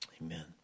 Amen